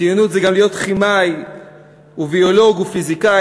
ציונות זה גם להיות כימאי וביולוג ופיזיקאי,